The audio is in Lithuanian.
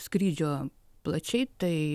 skrydžio plačiai tai